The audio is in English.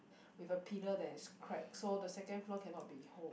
with a pillar that is crack so the second floor cannot be hold